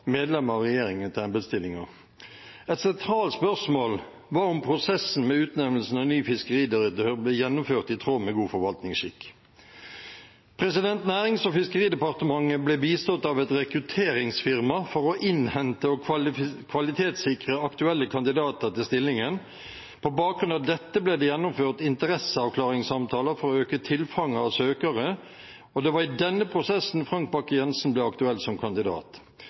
medlemmer av regjeringen til embetsstillinger. Et sentralt spørsmål var om prosessen med utnevnelsen av ny fiskeridirektør ble gjennomført i tråd med god forvaltningsskikk. Nærings- og fiskeridepartementet ble bistått av et rekrutteringsfirma for å innhente og kvalitetssikre aktuelle kandidater til stillingen. På bakgrunn av dette ble det gjennomført interesseavklaringssamtaler for å øke tilfanget av søkere, og det var i denne prosessen Frank Bakke-Jensen ble aktuell som kandidat.